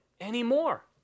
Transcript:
anymore